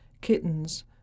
Kittens